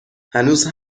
هنوز